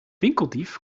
winkeldief